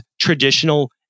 traditional